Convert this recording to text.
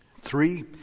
Three